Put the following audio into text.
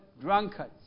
drunkards